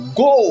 go